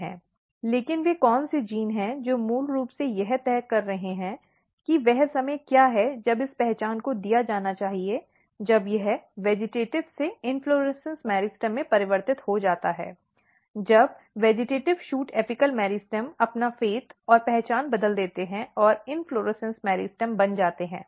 लेकिन वे कौन से जीन हैं जो मूल रूप से यह तय कर रहे हैं कि वह समय क्या है जब इस पहचान को दिया जाना चाहिए जब यह वेजिटेटिव़ से इन्फ्लोरेसन्स मेरिस्टेम में परिवर्तित हो जाता है जब वेजिटेटिव़ शूट एपिकॅल मेरिस्टेम अपना फेट और पहचान बदल देते हैं और इन्फ्लोरेसन्स मेरिस्टेम बन जाते हैं